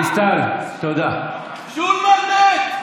שולמן מת.